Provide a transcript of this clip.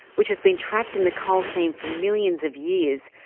which has been trapped in the coal seam for millions of years,